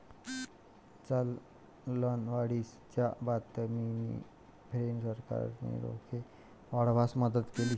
चलनवाढीच्या बातम्यांनी फ्रेंच सरकारी रोखे वाढवण्यास मदत केली